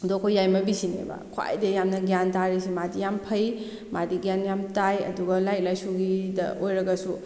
ꯑꯗꯣ ꯑꯩꯈꯣꯏ ꯌꯥꯏꯃꯕꯤꯁꯤꯅꯦꯕ ꯈ꯭ꯋꯥꯏꯗꯩ ꯌꯥꯝꯅ ꯒꯌꯥꯟ ꯇꯥꯔꯤꯁꯤ ꯃꯥꯗꯤ ꯌꯥꯝꯅ ꯐꯩ ꯃꯥꯗꯤ ꯒꯌꯥꯟ ꯌꯥꯝ ꯇꯥꯏ ꯑꯗꯨꯒ ꯂꯥꯏꯔꯤꯛ ꯂꯥꯏꯁꯨꯒꯤꯗ ꯑꯣꯏꯔꯒꯁꯨ